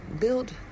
build